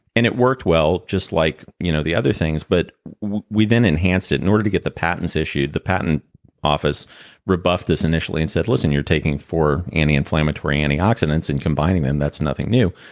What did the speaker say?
and it worked well, just like you know the other things. but we then enhanced it. in order to get the patents issued. the patent office rebuffed us initially, and said, listen, you're taking four anti-inflammatory antioxidants and combining them. that's nothing new.